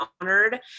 honored